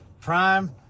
Prime